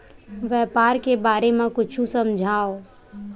व्यापार के बारे म कुछु समझाव?